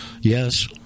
Yes